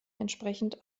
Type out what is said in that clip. entsprechend